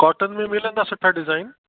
cotton में मिलंदा सुठा डिज़ाइन